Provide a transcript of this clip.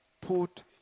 put